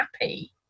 happy